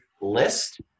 list